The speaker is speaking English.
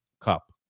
cup